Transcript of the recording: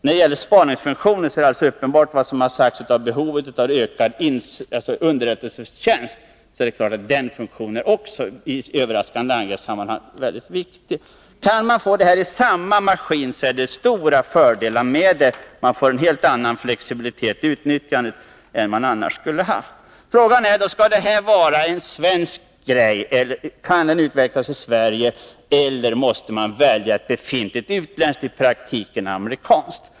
När det gäller spaningsfunktionen har vi att tänka på underrättelsetjänsten. Det är alldeles uppenbart att också den funktionen i överraskande angreppsammanhang är väldigt viktig. Kan man få med detta i samma maskin vore det en stor fördel. Man får en helt annan flexibilitet i utnyttjandet än vid uppdelning i olika flygslag. Frågan är då: Kan det här flygplanet utvecklas i Sverige, eller måste vi välja ett utländskt, i praktiken amerikanskt?